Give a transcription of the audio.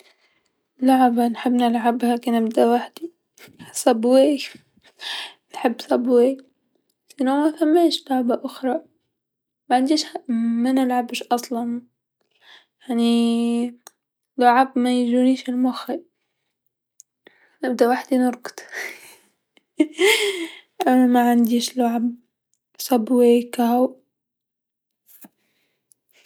لعبه نحب نلعبها كنبدا وحدي الصبواي نحب صبواي و لا مكانش لعبه أخرى، معنديش منلعبش أصلا، أني لعب مايجونيش المخي، نبدا وحدي نرقد أما معنديش لعب، صبواي كاو.